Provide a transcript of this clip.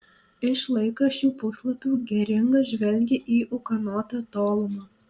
iš laikraščių puslapių geringas žvelgė į ūkanotą tolumą